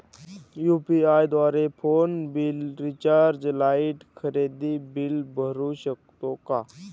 UPI द्वारे phone bill, recharge, light, खरेदी bill भरू शकतो का?